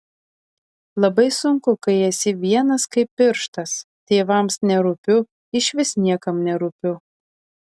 labai sunku kai esi vienas kaip pirštas tėvams nerūpiu išvis niekam nerūpiu